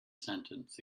sentence